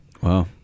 Wow